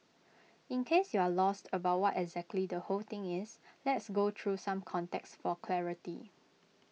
in case you're lost about what exactly the whole thing is let's go through some context for clarity